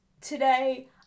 today